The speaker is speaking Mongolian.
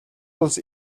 улс